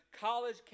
college